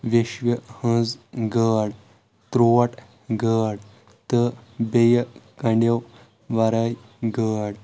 ویٚشوِ ہٕنٛز گٲڈ ٹروٹ گٲڈ تہٕ بییٚہِ کنٛڈٮ۪و ورٲے گٲڈ